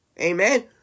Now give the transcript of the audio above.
Amen